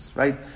right